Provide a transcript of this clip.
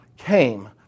came